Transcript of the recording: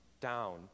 down